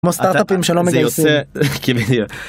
כמו סטארטאפים שלא מגייסים.